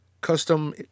custom